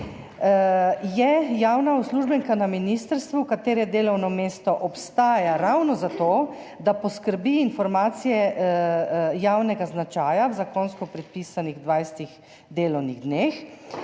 javna uslužbenka na ministrstvu, katere delovno mesto obstaja ravno zato, da poskrbi za informacije javnega značaja v zakonsko predpisanih 20 delovnih dneh,